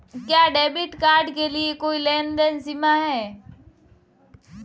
क्या debit card के लिए कोई लेनदेन सीमा है?